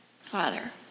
Father